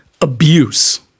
abuse